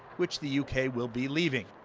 which the u k. will be leaving.